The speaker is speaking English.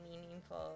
meaningful